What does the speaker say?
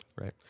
Right